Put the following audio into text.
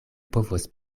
povos